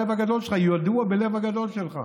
ידוע בלב הגדול שלך.